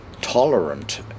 tolerant